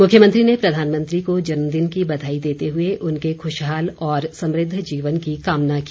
मुख्यमंत्री ने प्रधानमंत्री को जन्मदिन की बधाई देते हुए उनके खुशहाल और समृद्ध जीवन की कामना की